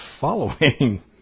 following